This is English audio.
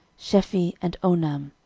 shephi, and onam.